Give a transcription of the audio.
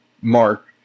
mark